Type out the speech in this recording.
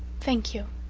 thank you,